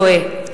טועה.